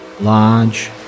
large